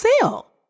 sell